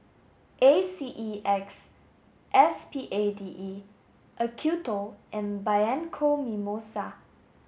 A C E X S P A D E Acuto and Bianco Mimosa